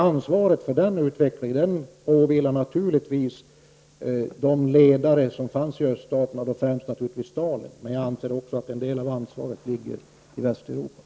Ansvaret för den utvecklingen åvilar naturligtvis de ledare vilka fanns i öststaterna, och då naturligtvis främst Stalin, men jag anser också att en del av ansvaret åvilar Västeuropa.